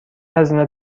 هزینه